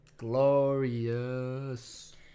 Glorious